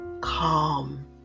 calm